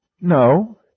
No